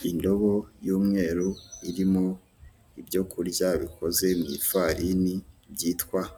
Uyu n'umukuru w'igihugu cyu Rwanda, aho yari ari kwiyampamariza kuyobora